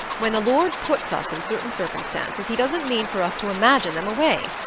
when the lord puts us in certain circumstances he doesn't mean for us to imagine them away.